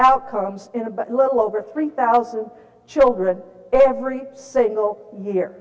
outcomes is about little over three thousand children every single year